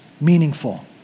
meaningful